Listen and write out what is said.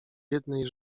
jednej